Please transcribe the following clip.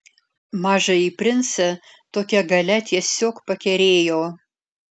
mažąjį princą tokia galia tiesiog pakerėjo